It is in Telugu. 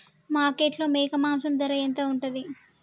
మార్కెట్లో మేక మాంసం ధర ఎంత ఉంటది?